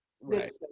Right